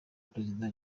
perezida